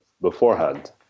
beforehand